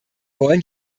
wollen